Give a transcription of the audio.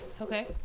Okay